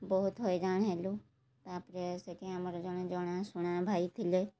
ବହୁତ ହଇରାଣ ହେଲୁ ତା'ପରେ ସେଠି ଆମର ଜଣେ ଜଣାଶୁଣା ଭାଇ ଥିଲେ